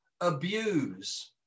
abuse